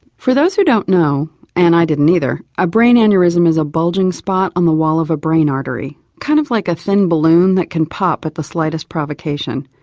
for those who don't know and i didn't either a brain aneurysm is a bulging spot on the wall of a brain artery, kind of like a thin balloon that can pop at the slightest provocation.